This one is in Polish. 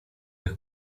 jak